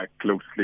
closely